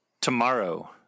Tomorrow